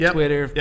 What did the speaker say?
Twitter